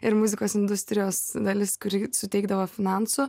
ir muzikos industrijos dalis kuri suteikdavo finansų